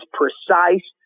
precise